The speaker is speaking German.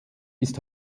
ist